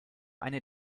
eine